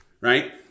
Right